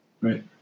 Right